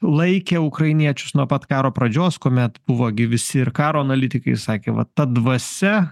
laikė ukrainiečius nuo pat karo pradžios kuomet buvo gi visi ir karo analitikai sakė va ta dvasia